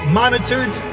monitored